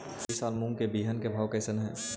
ई साल मूंग के बिहन के भाव कैसे हई?